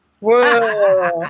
Whoa